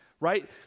right